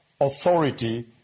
authority